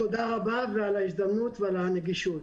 תודה רבה על ההזדמנות ועל הנגישות.